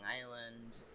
Island